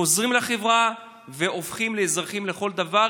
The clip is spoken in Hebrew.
חוזרים לחברה והופכים לאזרחים לכל דבר,